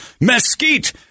mesquite